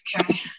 Okay